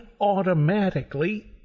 automatically